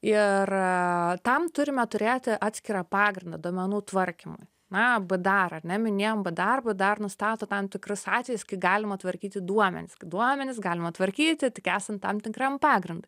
ir tam turime turėti atskirą pagrindą duomenų tvarkymui na dar ar ne minėjom bėdar bėdar nustato tam tikrus atvejus kai galima tvarkyti duomenis duomenis galima tvarkyti tik esant tam tikram pagrindu